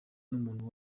n’umuntu